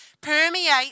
permeate